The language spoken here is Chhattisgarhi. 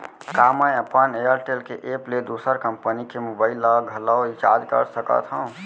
का मैं अपन एयरटेल के एप ले दूसर कंपनी के मोबाइल ला घलव रिचार्ज कर सकत हव?